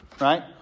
Right